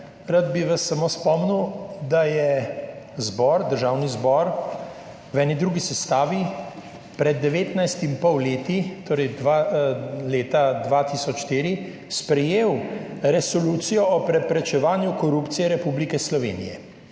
Rad bi vas samo spomnil, da je zbor, Državni zbor v eni drugi sestavi pred 19 in pol leti, torej leta 2004 sprejel Resolucijo o preprečevanju korupcije Republike Slovenije